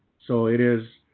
so it is,